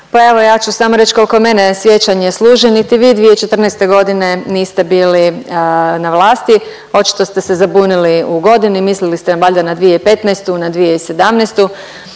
Pa evo ja ću samo reći koliko mene sjećanje služi niti vi 2014. godine niste bili na vlasti, očito ste se zabunili u godini mislili ste valjda na 2015., na 2017.